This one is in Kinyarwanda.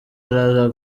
araza